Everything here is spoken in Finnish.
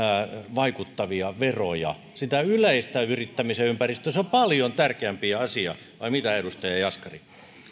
vaikuttavia veroja sitä yleistä yrittämisen ympäristöä se on paljon tärkeämpi asia vai mitä edustaja jaskari